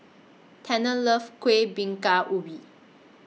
Tanner loves Kuih Bingka Ubi